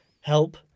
help